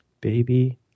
Baby